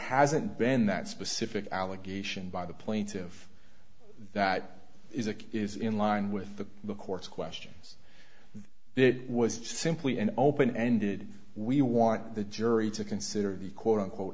hasn't been that specific allegation by the plaintive that is it is in line with the the court's questions it was just simply an open ended we want the jury to consider the quote unquote